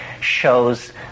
shows